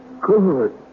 Good